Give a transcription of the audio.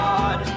God